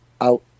out